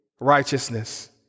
righteousness